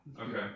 Okay